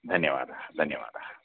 धन्यवादः धन्यवादः